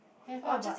have ah but